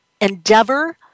endeavor